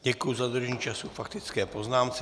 Děkuji za dodržení času k faktické poznámce.